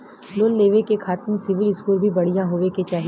Loan लेवे के खातिन सिविल स्कोर भी बढ़िया होवें के चाही?